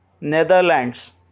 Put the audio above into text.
Netherlands